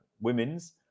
women's